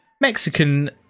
Mexican